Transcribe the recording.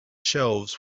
shelves